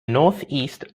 northeast